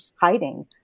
hiding